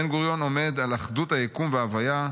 בן-גוריון עומד 'על אחדות היקום וההוויה,